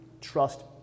trust